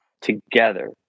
together